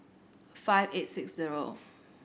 five eight six zero